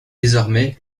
désormais